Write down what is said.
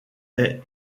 est